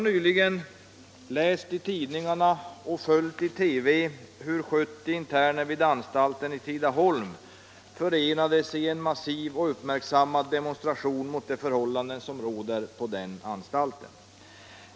Nyligen har vi läst i tidningarna och följt i TV hur 70 interner vid anstalten i Tidaholm förenade sig i en massiv och uppmärksammad demonstration mot de förhållanden som råder på denna anstalt.